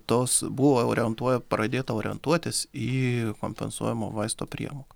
tos buvo orientuoja pradėta orientuotis į kompensuojamo vaisto priemoka